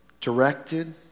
directed